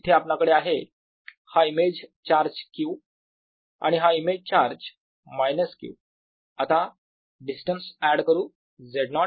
इथे आपणाकडे आहे हा इमेज चार्ज q आणि हा इमेज चार्ज मायनस q आता डिस्टन्स ऍड करू Z0